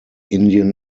indian